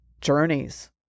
journeys